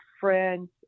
friends